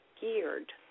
geared